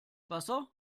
wasser